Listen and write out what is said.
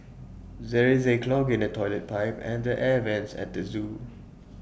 there is A clog in the Toilet Pipe and the air Vents at the Zoo